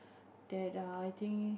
that uh I think